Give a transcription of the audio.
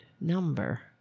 number